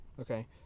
Okay